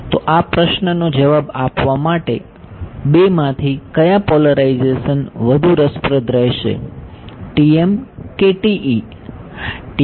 તો આ પ્રશ્નનો જવાબ આપવા માટે બે માંથી કયા પોલેરાઇઝેશન વધુ રસપ્રદ રહેશે TM કે TE